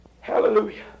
Hallelujah